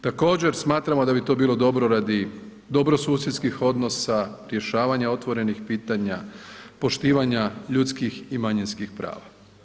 Također smatramo da bi to bilo dobro radi dobrosusjedskih odnosa, rješavanja otvorenih pitanja, poštivanja ljudskih i manjinskih prava.